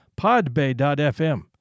Podbay.fm